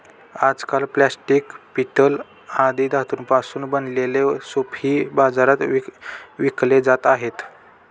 आजकाल प्लास्टिक, पितळ आदी धातूंपासून बनवलेले सूपही बाजारात विकले जात आहेत